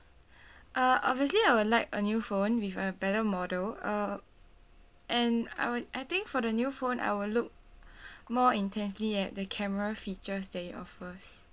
uh obviously I would like a new phone with a better model uh and I would I think for the new phone I will look more intensely at the camera features that it offers